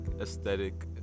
aesthetic